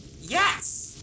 Yes